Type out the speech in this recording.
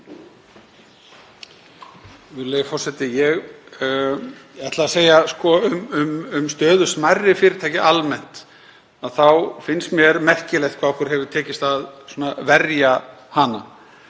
Virðulegi forseti. Ég ætla að segja, um stöðu smærri fyrirtækja almennt, að mér finnst merkilegt hvað okkur hefur tekist að verja hana.